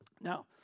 Now